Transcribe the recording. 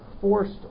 forced